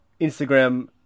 Instagram